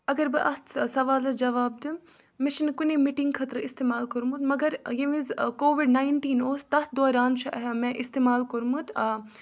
اَگَر بہٕ اَتھ سَوالَس جَواب دِمہٕ مےٚ چِھنہِ کُنے مِٹِنٛگ خٲطرٕ اِستعمال کوٚرمُت مَگَر ییٚمہِ وِز کۄوِڈ نایِنٹیٖن اوس تَتھ دوران چھُ مےٚ اِستعمال کوٚرمُت آ